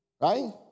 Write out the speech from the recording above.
Right